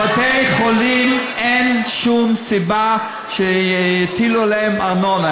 בתי-חולים, אין שום סיבה שיטילו עליהם ארנונה.